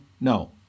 no